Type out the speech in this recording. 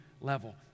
level